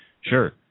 sure